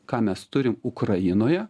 ką mes turim ukrainoje